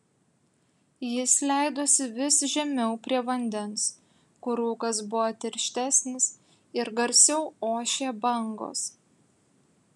jis leidosi vis žemiau prie vandens kur rūkas buvo tirštesnis ir garsiau ošė bangos